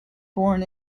born